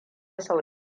sau